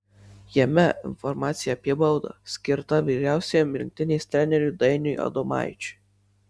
jame informacija apie baudą skirtą vyriausiajam rinktinės treneriui dainiui adomaičiui